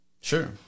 Sure